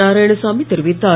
நாராயணசாமி தெரிவித்தார்